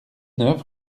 neuf